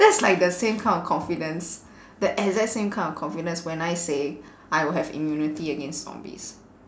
that's like the same kind of confidence the exact same kind of confidence when I say I will have immunity against zombies